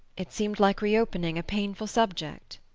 it seemed like re-opening a painful subject.